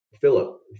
Philip